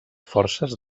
forces